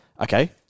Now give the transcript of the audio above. Okay